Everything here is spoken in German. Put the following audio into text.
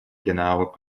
genau